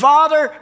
Father